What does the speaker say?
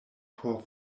por